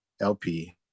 LP